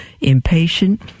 impatient